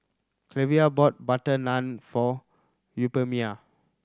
Cleva bought butter naan for Euphemia